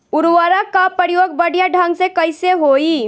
उर्वरक क प्रयोग बढ़िया ढंग से कईसे होई?